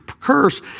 curse